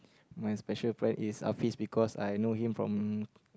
my special friend is Alfie because I know him from